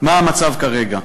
מה המצב כרגע.